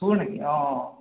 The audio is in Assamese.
চোৰ নেকি অঁ অঁ অঁ